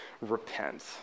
repent